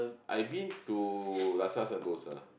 I've been to rasa-sentosa